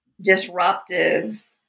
disruptive